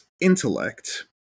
intellect